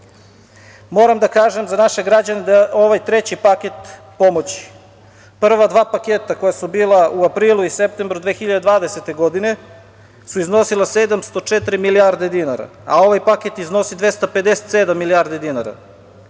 da kažem za naše građane da ovaj treći paket pomoći, prva dva paketa koja su bila u aprilu i septembru 2020. godine su iznosila 704 milijarde dinara, a ovaj paket iznosi 257 milijarde dinara.